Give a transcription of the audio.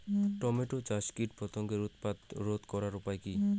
Tomato চাষে কীটপতঙ্গের উৎপাত রোধ করার উপায় কী?